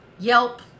Yelp